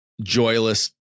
joyless